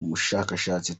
umushakashatsi